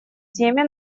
теме